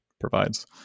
provides